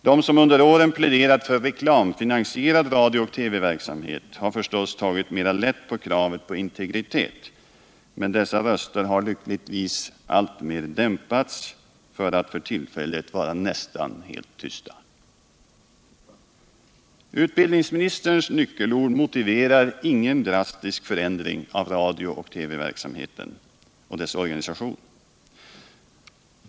De som under åren pläderat för reklamfinansierad radiooch TV-verksamhet har förstås tagit mera lätt på kravet på integritet, men dessa röster har lyckligtvis alltmer dämpats för att för tillfället vara nästan helt tysta. Utbildningsministerns nyckelord motiverar ingen drastisk förändring av radiooch TV-verksamheten och dess organisation.